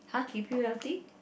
keep you healthy